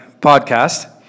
podcast